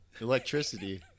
electricity